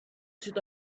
should